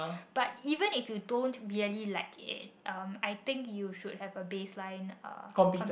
but even if you don't really like it um I think you should have a baseline uh